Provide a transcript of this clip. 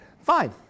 fine